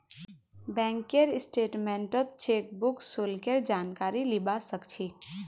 बैंकेर स्टेटमेन्टत चेकबुक शुल्केर जानकारी लीबा सक छी